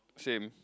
same